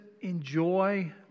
enjoy